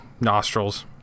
nostrils